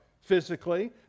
physically